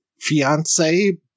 fiance